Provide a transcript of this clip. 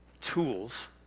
tools